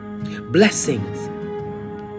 blessings